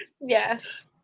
Yes